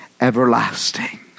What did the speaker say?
everlasting